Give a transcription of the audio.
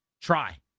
Try